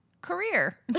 career